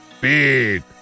Big